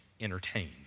entertained